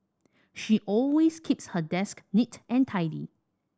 she always keeps her desk neat and tidy